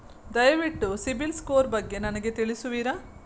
ದಯವಿಟ್ಟು ಸಿಬಿಲ್ ಸ್ಕೋರ್ ಬಗ್ಗೆ ನನಗೆ ತಿಳಿಸುವಿರಾ?